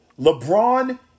LeBron